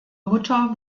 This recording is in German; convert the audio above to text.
mutter